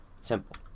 Simple